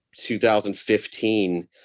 2015